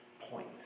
point